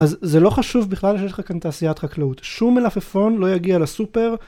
אז זה לא חשוב בכלל שיש לך כאן תעשיית חקלאות. שום מלפפון לא יגיע לסופר.